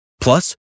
plus